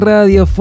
Radio